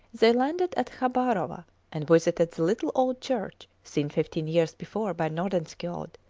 they landed at khabarova and visited the little old church seen fifteen years before by nordenskiold,